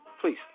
Please